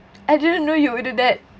I didn't know you would do that